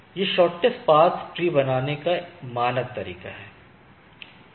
यह shortest path tree बनाने का मानक तरीका है